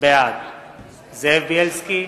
בעד זאב בילסקי,